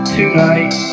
tonight